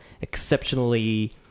exceptionally